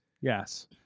yes